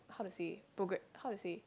how to say programme how to say